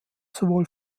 sowohl